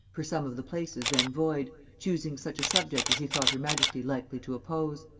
for some of the places then void, choosing such a subject as he thought her majesty likely to oppose.